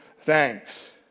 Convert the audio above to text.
thanks